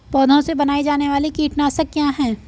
पौधों से बनाई जाने वाली कीटनाशक क्या है?